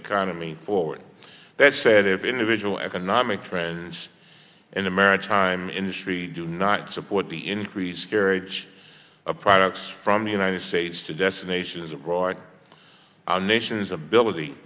economy forward that said individual economic trends in the maritime industry do not support the increase carried products from the united states to destinations abroad nations ability